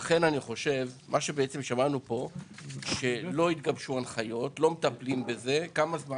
לכן מה שבעצם שמענו פה זה שלא התגבשו הנחיות ולא מטפלים בזה כמה זמן?